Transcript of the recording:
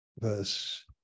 verse